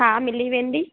हा मिली वेंदी